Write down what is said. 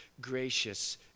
gracious